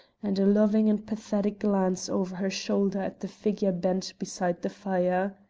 and a loving and pathetic glance over her shoulder at the figure bent beside the fire.